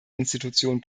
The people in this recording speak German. institution